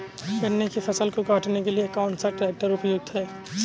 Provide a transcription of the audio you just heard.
गन्ने की फसल को काटने के लिए कौन सा ट्रैक्टर उपयुक्त है?